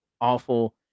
Awful